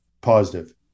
positive